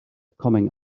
coming